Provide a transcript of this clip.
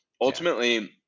Ultimately